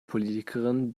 politikerin